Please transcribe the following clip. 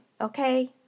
okay